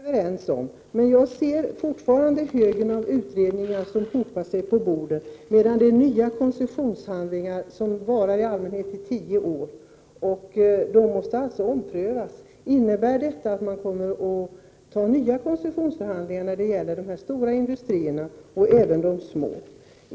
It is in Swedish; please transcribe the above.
Herr talman! Det är vi överens om. Jag ser emellertid fortfarande högen av utredningar som hopar sig på bordet, medan de nya koncessionshandlingarna i allmänhet bara gäller tio år. De måste alltså omprövas. Innebär detta att man kommer att ta upp nya koncessionsförhandlingar såväl med de stora industrierna som med de små?